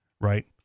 right